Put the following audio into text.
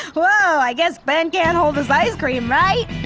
whoa, i guess ben can't hold his ice cream, right? yeah,